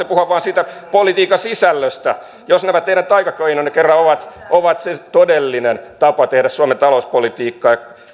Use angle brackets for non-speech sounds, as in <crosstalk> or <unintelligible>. <unintelligible> puhua vain siitä politiikan sisällöstä ja jos nämä teidän taikakeinonne kerran ovat ovat se se todellinen tapa tehdä suomen talouspolitiikkaa ja